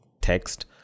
text